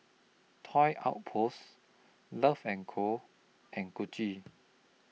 Toy Outpost Love and Co and Gucci